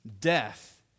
death